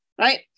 right